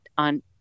on